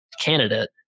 candidate